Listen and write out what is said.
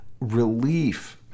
relief